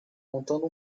montando